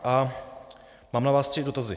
A mám na vás tři dotazy.